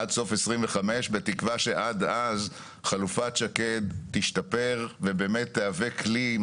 עד סוף 2025. בתקווה שעד אז חלופת שקד תשתפר ובאמת תהווה כלי.